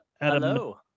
Hello